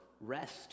rest